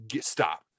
stop